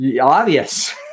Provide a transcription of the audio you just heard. obvious